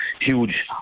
huge